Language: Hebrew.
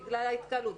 בגלל ההתקהלות,